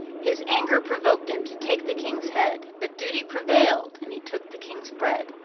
his anger provoked him to take the king's head, but duty prevailed, and he took the king's bread,